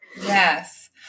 Yes